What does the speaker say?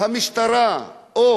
המשטרה או